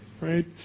right